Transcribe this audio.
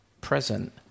present